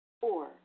Four